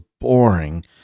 boring